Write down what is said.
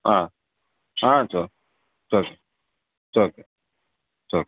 ஆ ஆ சரி சரி ஓகே சரி ஓகே சரி